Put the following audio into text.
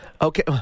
Okay